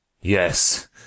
yes